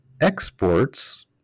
exports